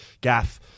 Gaff